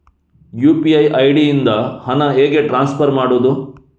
UPI ID ಇಂದ ಹಣ ಹೇಗೆ ಟ್ರಾನ್ಸ್ಫರ್ ಮಾಡುದು?